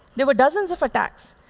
there were dozens of attacks.